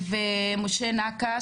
ומשה נקש,